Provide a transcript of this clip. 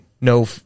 no